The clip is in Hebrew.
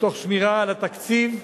ותוך שמירה על התקציב,